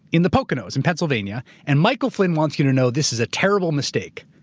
in the poconos in pennsylvania, and michael flynn wants you to know this is a terrible mistake,